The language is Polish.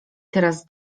teraz